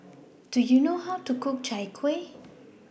Do YOU know How to Cook Chai Kuih